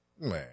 man